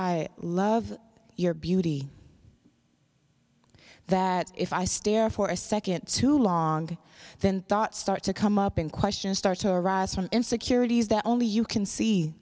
i love your beauty that if i stare for a second too long then thoughts start to come up and questions start to arise from insecurities that only you can see